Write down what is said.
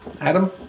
Adam